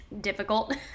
difficult